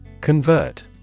Convert